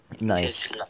Nice